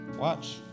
Watch